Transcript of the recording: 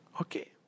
Okay